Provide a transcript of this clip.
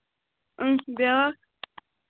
أہنٛہ بیٛاکھ